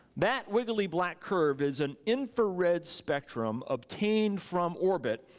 that wiggly black curve is an infrared spectrum obtained from orbit